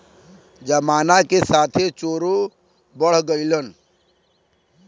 जमाना के साथे चोरो बढ़ गइलन